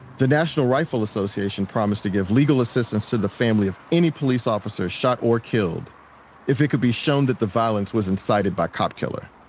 the national rifle association promised to give legal assistance to the family of any police officer shot or killed if it could be shown that the violence was incited by cop killer.